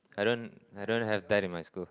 I don't I don't have that in my school